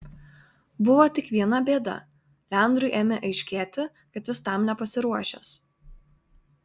buvo tik viena bėda leandrui ėmė aiškėti kad jis tam nepasiruošęs